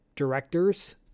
directors